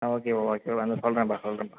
ஆ ஓகேப்பா ஓகேப்பா இந்தா சொல்கிறேன்பா சொல்கிறேன்பா